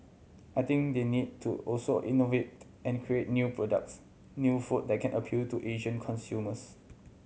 I think they need to also innovate and create new products new food that can appeal to Asian consumers